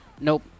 nope